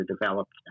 developed